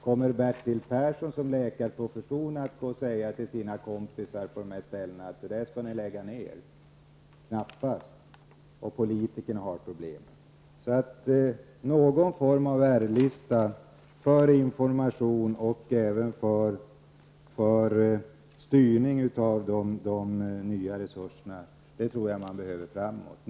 Kommer Bertil Persson som läkare till professionen att säga till sina kompisar från de här ställena att det där skall de lägga ned? Knappast, politikerna har problemet. Någon form av R-lista för information och även för styrning av de nya resurserna tror jag behövs också framöver.